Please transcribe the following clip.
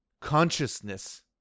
consciousness